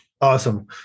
Awesome